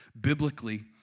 biblically